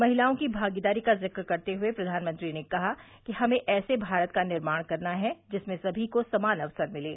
महिलाओं की भागीदारी का जिक्र करते हुए प्रधानमंत्री ने कहा कि हमें ऐसे भारत का निर्माण करना है जिसमें समी को समान अवसर मिलें